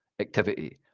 activity